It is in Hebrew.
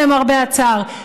למרבה הצער,